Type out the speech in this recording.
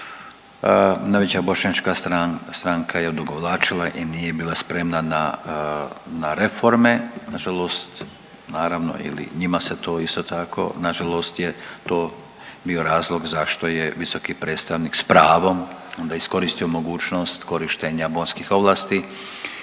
najveća bošnjačka stranka je odugovlačila i nije bila spremna na, na reforme, nažalost naravno ili njima se to isto tako nažalost je to bio razlog zašto je visoki predstavnik s pravom onda iskoristio mogućnost korištenja …/Govornik